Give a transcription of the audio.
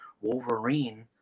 wolverine